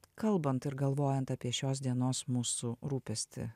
kalbant ir galvojant apie šios dienos mūsų rūpestį